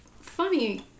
funny